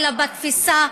אלא בתפיסה.